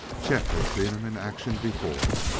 chet had seen him in action before.